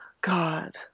God